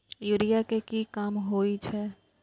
Urea के की काम होई छै?